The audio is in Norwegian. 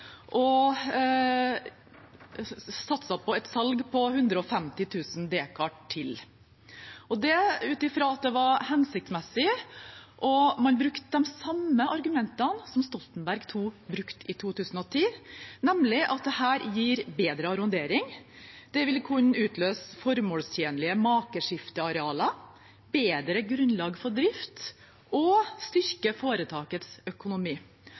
og satset på et salg av 150 000 dekar til – ut fra at det var hensiktsmessig. Man brukte de samme argumentene som Stoltenberg II brukte i 2010, nemlig at dette gir bedre arrondering, at det vil kunne utløse formålstjenlige makeskiftearealer, bedre grunnlag for drift og styrke foretakets økonomi.